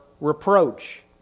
reproach